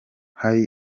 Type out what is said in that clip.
hari